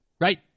right